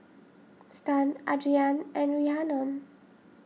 Stan Adriane and Rhiannon